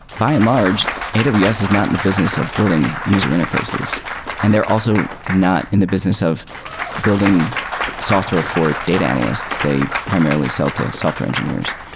by and large, and aws is not in the business of building user interfaces and they're also not in the business of building software for data analysts. they primarily sell to software engineers.